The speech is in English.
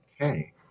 Okay